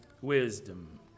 wisdom